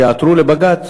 שיעתרו לבג"ץ